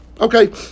Okay